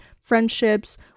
friendships